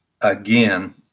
again